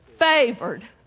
favored